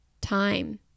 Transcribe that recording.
time